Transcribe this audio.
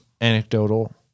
anecdotal